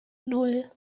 nan